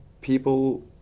people